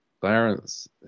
Clarence